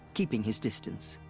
keeping his distance.